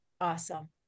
awesome